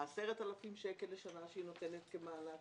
ה-10,000 שקלים לשנה שהיא נותנת כמענק